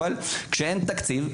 אבל כשאין תקציב,